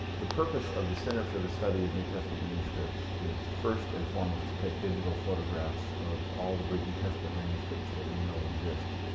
the purpose of the center for the study of new testament manuscripts. is first and foremost to take digital photographs. of all the greek new testament manuscripts that we know exist.